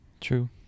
True